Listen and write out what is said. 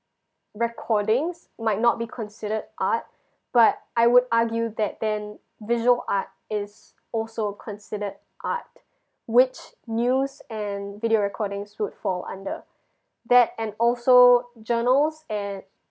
recordings might not be considered art but I would argue that then visual art is also considered art which news and video recordings would fall under that and also journals and